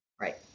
Right